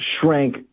shrank